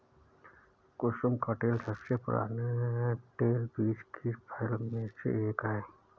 कुसुम का तेल सबसे पुराने तेलबीज की फसल में से एक है